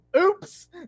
Oops